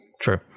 True